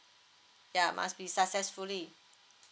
ya must be successfully